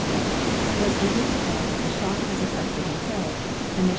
he has only to add that the shock has affected her head,